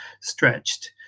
stretched